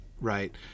right